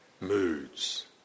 moods